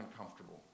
uncomfortable